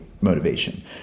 motivation